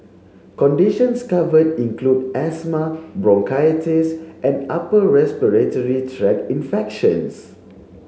conditions covered include asthma bronchitis and upper respiratory tract infections